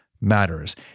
matters